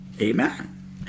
Amen